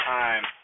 time